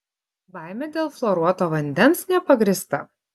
baimė dėl fluoruoto vandens nepagrįsta